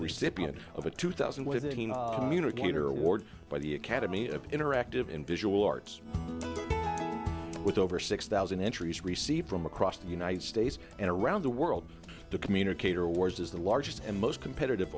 recipient of a two thousand gator award by the academy of interactive in visual arts with over six thousand entries received from across the united states and around the world to communicate or words is the largest and most competitive